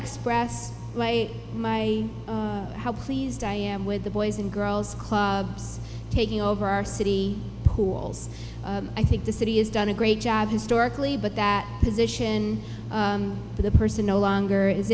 express my how pleased i am with the boys and girls clubs taking over our city pools i think the city has done a great job historically but that position the person no longer is